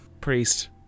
Priest